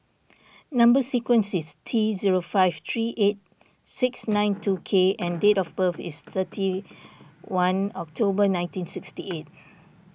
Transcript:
Number Sequence is T zero five three eight six nine two K and date of birth is thirty one October nineteen sixty eight